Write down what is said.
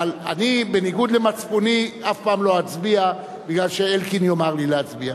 אבל אני בניגוד למצפוני אף פעם לא אצביע מפני שאלקין יאמר לי להצביע.